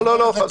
לא.